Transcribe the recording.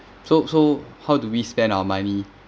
so so how do we spend our money